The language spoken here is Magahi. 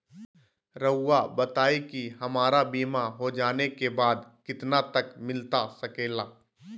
रहुआ बताइए कि हमारा बीमा हो जाने के बाद कितना तक मिलता सके ला?